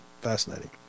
fascinating